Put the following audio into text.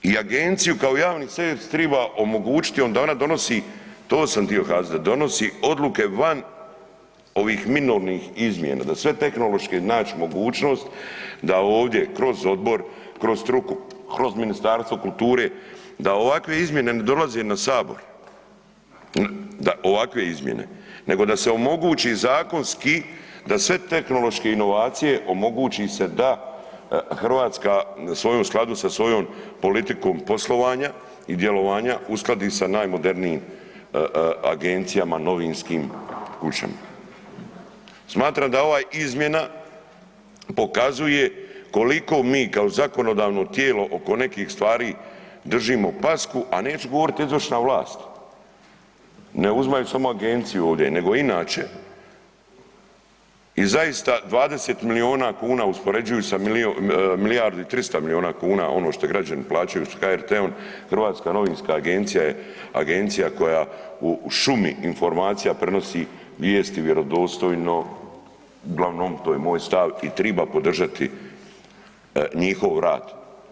I agenciju kao javni servis triba omogućit joj da ona donosi, to sam tio kazati, da donosi odluke van ovih minornih izmjena, da sve tehnološke nać mogućnost da ovdje kroz odbor, kroz struku, kroz Ministarstvo kulture, da ovakve izmjene ne dolaze na sabor, da ovakve izmjene, nego da se omogući zakonski da sve tehnološke inovacije omogući se da Hrvatska sve u skladu sa svojom politikom poslovanja i djelovanja uskladi sa najmodernijim agencijama novinskim … [[Govornik se ne razumije]] Smatram da ova izmjena pokazuje koliko mi kao zakonodavno tijelo oko nekih stvari držimo pasku, a neću govorit izvršna vlast, ne uzimajući samo agenciju ovdje, nego inače i zaista 20 milijuna kuna uspoređujuć sa milijardu i 300 milijuna kuna, ono što građani plaćaju s HRT-om, Hrvatska novinska agencija je agencija koja u šumi informacija prenosi vijesti vjerodostojno, uglavnom to je moj stav, i triba podržati njihov rad.